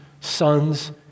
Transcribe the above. sons